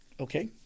Okay